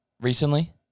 recently